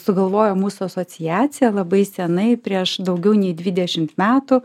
sugalvojom mūsų asociaciją labai senai prieš daugiau nei dvidešimt metų